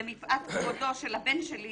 ומפאת כבודו של הבן שלי